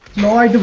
more